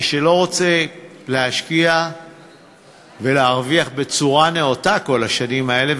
מי שלא רוצה להשקיע ולהרוויח בצורה נאותה כל השנים האלה,